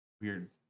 weird